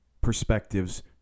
perspectives